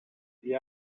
gli